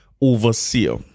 overseer